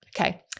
Okay